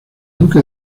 duque